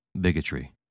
bigotry